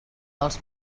dels